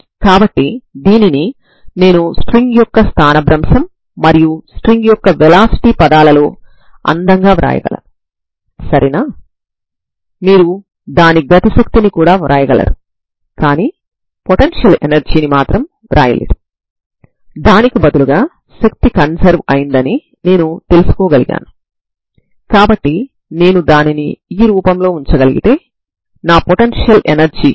కాబట్టి ఇప్పటి నుంచి పరిమిత స్ట్రింగ్ అంటే నేను డొమైన్ ను 0 నుండి L వరకు మాత్రమే తీసుకుంటాను దానివల్ల గుణించడం సులభంగా ఉంటుంది సరేనా